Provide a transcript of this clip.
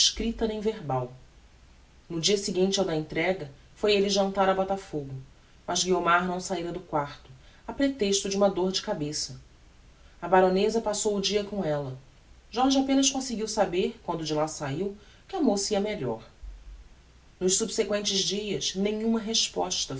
escripta nem verbal no dia seguinte ao da entrega foi elle jantar a botafogo mas guiomar não saíra do quarto a pretexto de uma dor de cabeça a baroneza passou o dia com ella jorge apenas conseguiu saber quando de lá saiu que a moça ia melhor nos subsequentes dias nenhuma resposta